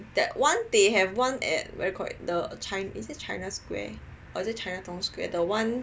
that one they have one at what do you call it the is it china square or the chinatown square the one